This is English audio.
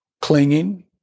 clinging